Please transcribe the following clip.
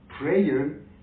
prayer